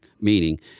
Meaning